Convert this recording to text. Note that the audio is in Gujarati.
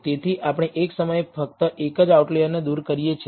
તેથી આપણે એક સમયે ફક્ત એક જ આઉટલેયરને દૂર કરીએ છીએ